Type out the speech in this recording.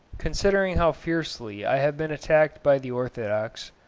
considering how fiercely i have been attacked by the orthodox,